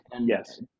yes